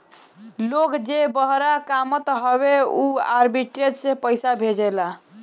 लोग जे बहरा कामत हअ उ आर्बिट्रेज से पईसा भेजेला